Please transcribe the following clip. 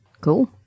Cool